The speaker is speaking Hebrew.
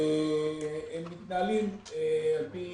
והם מתנהלים על פי